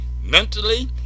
mentally